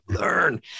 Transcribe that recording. learn